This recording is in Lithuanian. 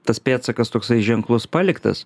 tas pėdsakas toksai ženklus paliktas